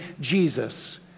Jesus